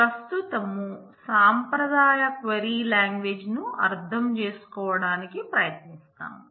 ప్రస్తుతం సంప్రదాయ query language లను అర్థం చేసుకోవడానికి ప్రయత్నిస్తాము